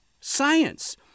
science